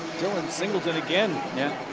singleton again. yep.